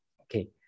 Okay